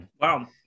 Wow